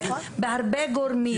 בהרבה גורמים.